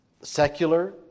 secular